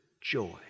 joy